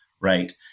right